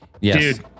Yes